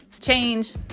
change